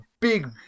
big